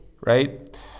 right